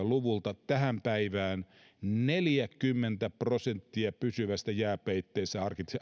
luvulta tähän päivään neljäkymmentä prosenttia pysyvästä jääpeitteestä